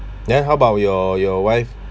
then how about your your wife